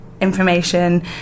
information